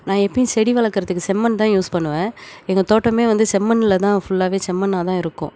நான் எப்போயும் செடி வளர்க்கறதுக்கு செம்மண் தான் யூஸ் பண்ணுவேன் எங்கள் தோட்டமே வந்து செம்மண்ணில் தான் ஃபுல்லாகவே செம்மண்ணாக தான் இருக்கும்